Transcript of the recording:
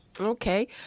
Okay